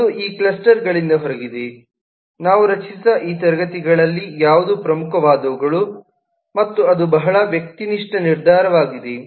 ಅದು ಈ ಕ್ಲಸ್ಟರ್ಗಳಿಂದ ಹೊರಗಿದೆ ನಾವು ರಚಿಸಿದ ಈ ತರಗತಿಗಳಲ್ಲಿ ಯಾವುವು ಪ್ರಮುಖವಾದವುಗಳು ಮತ್ತು ಅದು ಬಹಳ ವ್ಯಕ್ತಿನಿಷ್ಠ ನಿರ್ಧಾರವಾಗಿದೆ